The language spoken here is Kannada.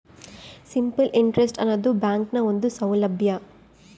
ಸಿಂಪಲ್ ಇಂಟ್ರೆಸ್ಟ್ ಆನದು ಬ್ಯಾಂಕ್ನ ಒಂದು ಸೌಲಬ್ಯಾ